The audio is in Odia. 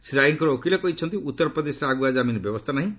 ଶ୍ରୀ ରାଇଙ୍କର ଓକିଲ କହିଛନ୍ତି ଉତ୍ତରପ୍ରଦେଶରେ ଆଗୁଆ ଜାମିନ୍ ବ୍ୟବସ୍ଥା ନାହିଁ